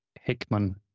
Hickman